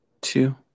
two